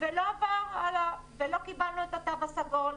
ולא עבר הלאה, ולא קיבלנו את התו הסגול.